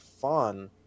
fun